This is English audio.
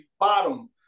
bottom